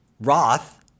Roth